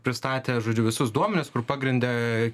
pristatė žodžiu visus duomenis kur pagrindė